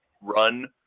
run